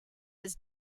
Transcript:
was